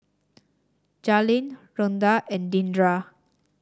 Jaylyn Rhonda and Deandra